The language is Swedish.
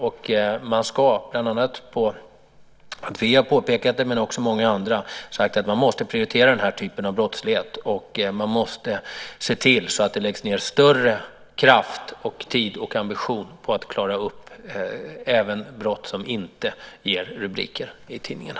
Nu har vi, och även andra har påpekat det, sagt att vi måste prioritera den här typen av brottslighet och se till att det läggs ned större kraft och ambition och mer tid på att klara upp även brott som inte ger rubriker i tidningarna.